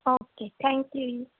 okay thank you